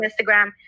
instagram